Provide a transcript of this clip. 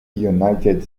united